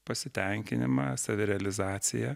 pasitenkinimą savirealizaciją